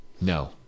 No